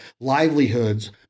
livelihoods